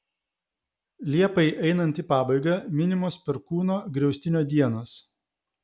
liepai einant į pabaigą minimos perkūno griaustinio dienos